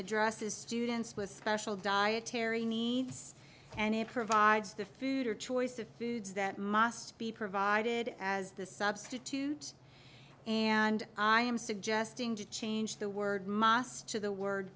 addresses students with special dietary needs and it provides the food or choice of foods that must be provided as the substitute and i am suggesting to change the word mosse to the word